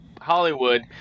hollywood